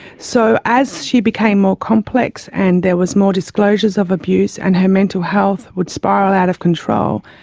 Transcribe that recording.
so as she became more complex and there was more disclosures of abuse and her mental health would spiral out of control,